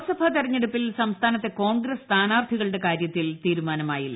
ലോക്സഭാ തെരഞ്ഞെടുപ്പിൽ സംസ്ഥാനത്തെ കോൺഗ്രസ് സ്ഥാനാർത്ഥികളുടെ കാര്യത്തിൽ തീരുമാനമായില്ല